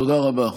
תודה רבה.